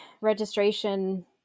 registration